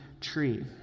tree